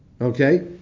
Okay